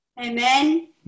Amen